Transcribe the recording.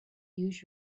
use